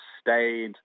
stayed